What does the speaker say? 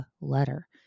letter